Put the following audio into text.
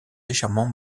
légèrement